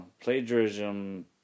plagiarism